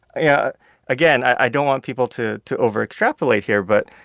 yeah again, i don't want people to to overextrapolate here, but